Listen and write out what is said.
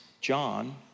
John